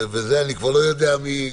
אני כבר לא יודע מי,